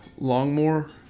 longmore